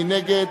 מי נגד?